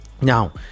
Now